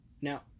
Now